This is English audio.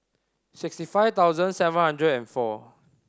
sixty five thousand seven hundred and four